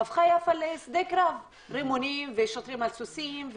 הפכה יאפא לשדה קרב רימונים ושוטרים על סוסים.